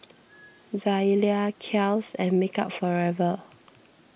Zalia Kiehl's and Makeup Forever